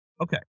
Okay